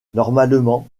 normalement